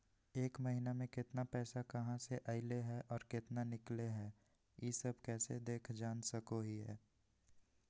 एक महीना में केतना पैसा कहा से अयले है और केतना निकले हैं, ई सब कैसे देख जान सको हियय?